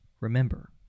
Remember